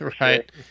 Right